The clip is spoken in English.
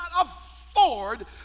afford